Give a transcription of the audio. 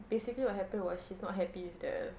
basically what happened was she's not happy with the